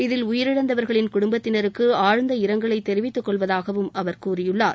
இதில் உயிரிழந்தவர்களின் குடும்பத்தினருக்கு ஆழ்ந்த இரங்கலை தெரிவித்துக் கொள்வதாகவும் அவர் கூறியுள்ளார்